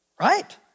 Right